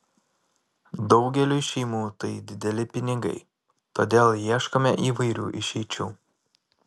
daugeliui šeimų tai dideli pinigai todėl ieškome įvairių išeičių